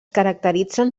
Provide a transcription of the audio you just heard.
caracteritzen